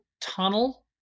tunnel